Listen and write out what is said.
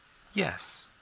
yes.